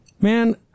man